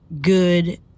good